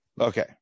Okay